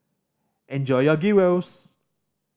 enjoy your Gyros